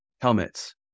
helmets